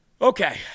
Okay